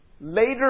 later